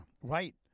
right